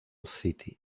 city